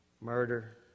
Murder